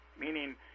meaning